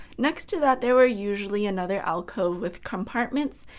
next to that there were usually another alcove with compartments,